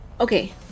Okay